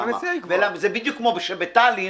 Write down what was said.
בטאלין